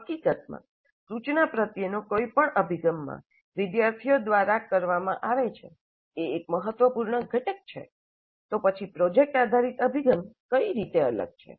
હકીકતમાં સૂચના પ્રત્યેનો કોઈપણ અભિગમમાં વિદ્યાર્થીઓ દ્વારા કરવામાં આવે છે એ એક મહત્વપૂર્ણ ઘટક છે તો પછી પ્રોજેક્ટ આધારિત અભિગમ કઈ અલગ છે